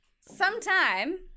Sometime